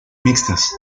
mixtas